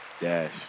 Dash